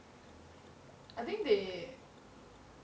I think they